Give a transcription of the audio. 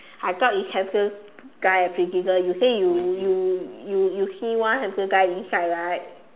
I thought it's handsome guy at you say you you you you see one handsome guy inside right